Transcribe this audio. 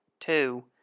Two